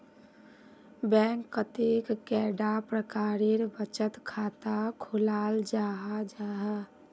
Bank कतेक कैडा प्रकारेर बचत खाता खोलाल जाहा जाहा?